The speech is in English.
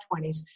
20s